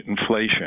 inflation